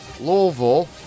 Louisville